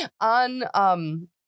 On